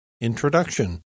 Introduction